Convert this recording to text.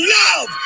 love